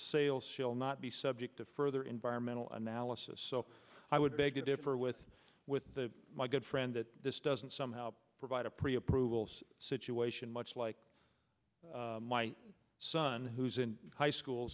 sales will not be subject to further environmental analysis so i would beg to differ with with the my good friend that this doesn't somehow provide a pre approval situation much like my son who's in high school